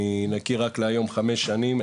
אני נקי רק להיום חמש שנים,